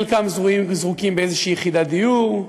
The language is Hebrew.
חלקם זרוקים באיזושהי יחידת דיור,